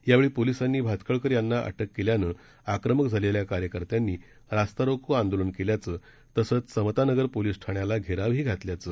यावेळी पोलिसांनी भातखळकर यांना अटक केल्यानं आक्रमक झालेल्या कार्यकर्त्यांनी रास्ता रोको आंदोलन केल्याचं तसंच समतानगर पोलीस ठाण्याला घेरावही घातल्याचं